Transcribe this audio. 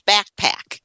Backpack